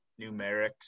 numerics